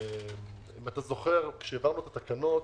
אם אתה זוכר, כשהעברנו את התקנות,